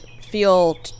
feel